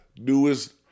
newest